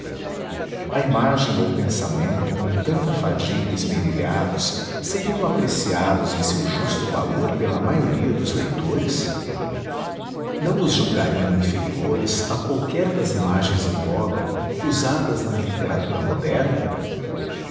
a imagem ou pensamento com tanta fadiga esmerilhados seriam apreciados em seu justo valor pela maioria dos leitores não os julgariam inferiores a qualquer das imagens em voga usadas na literatura moderna